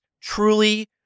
truly